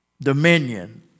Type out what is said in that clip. Dominion